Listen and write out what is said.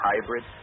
Hybrid